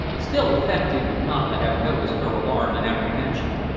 still affecting not to have noticed her alarm and apprehension.